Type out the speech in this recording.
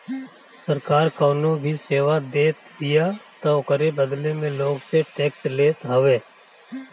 सरकार कवनो भी सेवा देतबिया तअ ओकरी बदले लोग से टेक्स लेत हवे